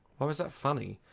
why was that funny?